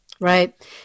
Right